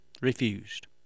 refused